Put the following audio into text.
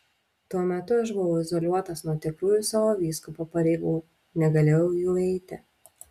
tuo metu aš buvau izoliuotas nuo tikrųjų savo vyskupo pareigų negalėjau jų eiti